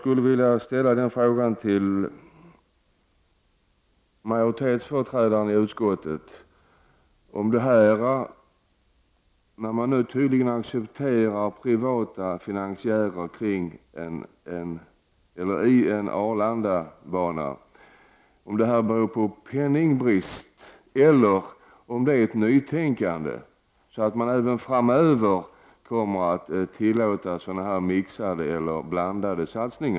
Nu accepterar man tydligen privata finansiärer i fråga om Arlandabanan. Jag skulle då vilja rikta en fråga till majoritetsföreträdaren: Beror detta på penningbrist eller är det fråga om ett nytänkande så, att man även framöver kommer att tillåta blandade satsningar av den här typen?